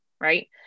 right